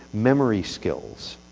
memory skills,